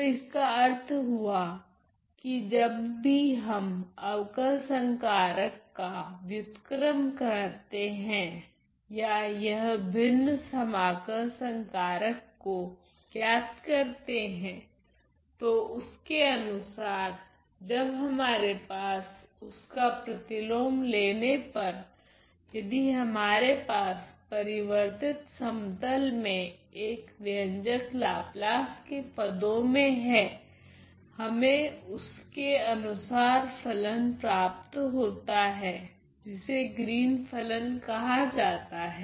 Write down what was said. तो इसका अर्थ हुआ कि जब भी हम अवकल संकारक का व्युत्क्रम करते है या एक भिन्न समाकल संकारक को ज्ञात करते है तो उसके अनुसार जब हमारे पास उसका प्रतिलोम लेने पर यदि हमारे पास परिवर्तित समतल में एक व्यंजक लाप्लास के पदो में है हमे उसके अनुसार फलन प्राप्त होता है जिसे ग्रीन फलन कहा जाता हैं